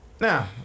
Now